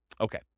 Okay